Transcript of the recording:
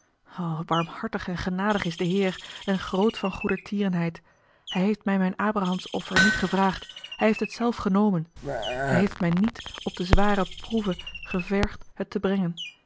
barmhartig en genadig is de heer en groot van goedertierenheid hij heeft mij mijn abrahams offer niet gevraagd hij heeft het zelf genomen hij heeft mij niet op de zware proeve gevergd het te brengen